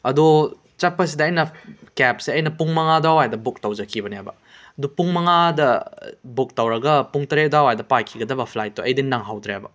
ꯑꯗꯣ ꯆꯠꯄꯁꯤꯗ ꯑꯩꯅ ꯀꯦꯞꯁꯦ ꯑꯩꯅ ꯄꯨꯡ ꯃꯉꯥ ꯑꯗꯨꯋꯥꯏꯗ ꯕꯨꯛ ꯇꯧꯖꯈꯤꯕꯅꯦꯕ ꯑꯗꯣ ꯄꯨꯡ ꯃꯉꯥꯗ ꯕꯨꯛ ꯇꯧꯔꯒ ꯄꯨꯡ ꯇꯔꯦꯠ ꯑꯗꯋꯥꯏꯗ ꯄꯥꯏꯈꯤꯒꯗꯕ ꯐ꯭ꯂꯥꯏꯠꯇꯣ ꯑꯩꯗꯤ ꯅꯪꯍꯧꯗ꯭ꯔꯦꯕ